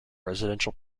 residential